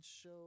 show